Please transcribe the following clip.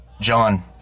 John